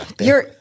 You're-